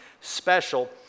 special